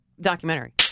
documentary